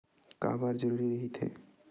का बार जरूरी रहि थे?